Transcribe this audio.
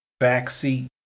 backseat